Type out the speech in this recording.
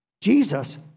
Jesus